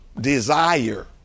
desire